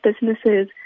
businesses